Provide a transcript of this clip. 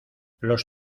los